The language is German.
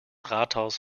rathaus